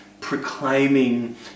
proclaiming